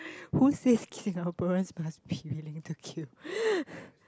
who says Singaporeans must be willing to queue